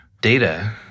data